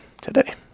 today